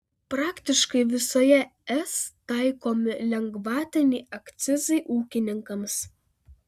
praktiškai visoje es taikomi lengvatiniai akcizai ūkininkams